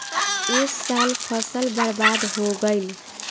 ए साल फसल बर्बाद हो गइल